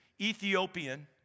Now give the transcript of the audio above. Ethiopian